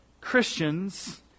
Christians